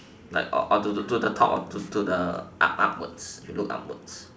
like on to to to the top to the ah upwards you look upwards